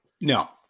No